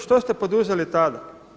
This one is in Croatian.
Što ste poduzeli tada?